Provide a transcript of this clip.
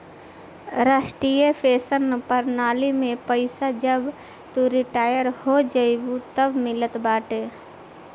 राष्ट्रीय पेंशन प्रणाली में पईसा जब तू रिटायर हो जइबअ तअ मिलत बाटे